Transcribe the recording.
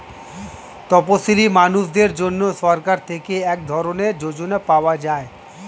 তপসীলি মানুষদের জন্য সরকার থেকে এক ধরনের যোজনা পাওয়া যায়